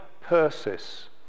Persis